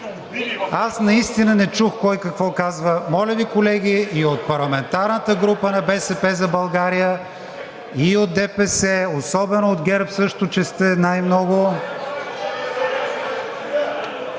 Аз наистина не чух кой какво казва. Моля Ви, колеги и от парламентарната група на „БСП за България“, и от ДПС, особено от ГЕРБ също, че сте най-много,